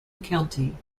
county